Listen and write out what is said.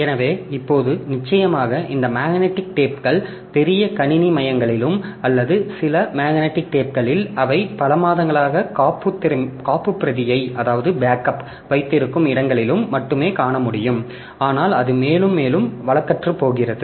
எனவே இப்போது நிச்சயமாக இந்த மேக்னெட்டிக் டேப்க்கள் பெரிய கணினி மையங்களிலும் அல்லது சில மேக்னெட்டிக் டேப்க்களில் அவை பல மாதங்களாக காப்புப்பிரதியை வைத்திருக்கும் இடங்களிலும் மட்டுமே காண முடியும் ஆனால் அது மேலும் மேலும் வழக்கற்றுப்போகிறது